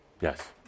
Yes